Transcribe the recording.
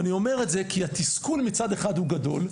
ואני אומר את זה כי התסכול מצד אחד הוא גדול,